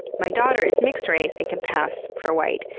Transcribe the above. my daughter is mixed race and can pass for white.